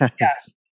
Yes